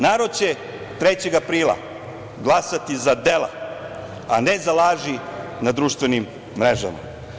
Narod će 3. aprila glasati za dela, a ne za laži na društvenim mrežama.